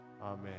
Amen